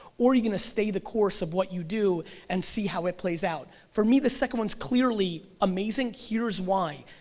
or are you gonna stay the course of what you do and see how it plays out? for me the second one's clearly amazing, here's why.